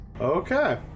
Okay